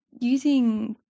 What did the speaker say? using